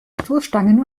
stoßstangen